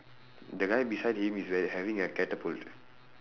the guy beside him is wea~ having a catapult